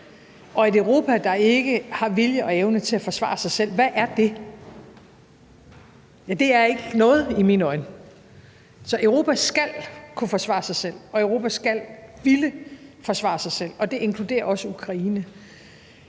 Og et Europa, der ikke har vilje og evne til at forsvare sig selv, hvad er det? Ja, det er i mine øjne ikke noget. Så Europa skal kunne forsvare sig selv, og Europa skal ville forsvare sig selv, og det inkluderer også Ukraine.